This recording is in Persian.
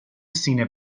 سینه